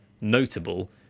notable